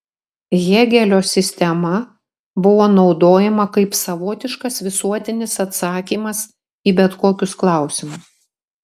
hėgelio sistema buvo naudojama kaip savotiškas visuotinis atsakymas į bet kokius klausimus